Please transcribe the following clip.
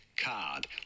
card